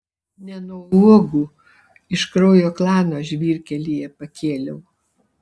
ne nuo uogų iš kraujo klano žvyrkelyje pakėliau